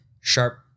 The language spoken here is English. Sharp